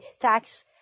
tax